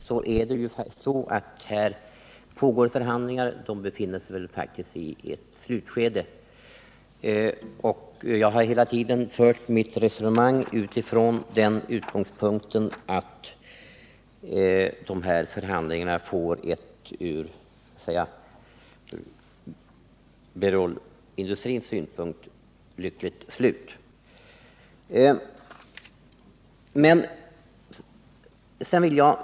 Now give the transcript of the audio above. Herr talman! Det är klart att även den störste optimisten i denna kammare inte hade väntat sig att alla de här frågetecknen skulle rätas ut till några utropstecken. Det pågår ju förhandlingar som väl befinner sig i sitt slutskede. Hela tiden har jag fört mitt resonemang utifrån den utgångspunkten att förhandlingarna kommer att få ett från Berol Kemis synpunkt lyckligt slut.